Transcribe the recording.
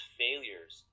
failures